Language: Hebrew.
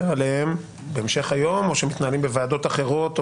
עליהם בהמשך היום או שמתנהלים בוועדות אחרות או